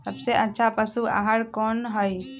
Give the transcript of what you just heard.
सबसे अच्छा पशु आहार कोन हई?